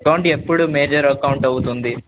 account ఎప్పుడు major account అవుతుంది